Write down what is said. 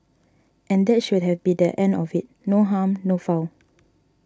and that should have been the end of it no harm no foul